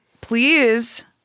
please